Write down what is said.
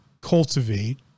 cultivate